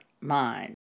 mind